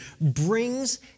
brings